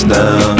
now